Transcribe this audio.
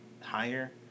higher